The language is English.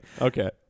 Okay